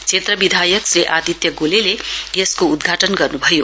क्षेत्र विधायक श्री आदित्य गोलेले यसको उद्घाटन गर्नु भयो